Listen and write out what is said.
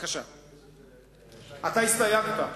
אתה הסתייגת.